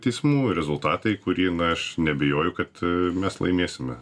teismų rezultatai kurį aš neabejoju kad mes laimėsime